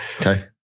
Okay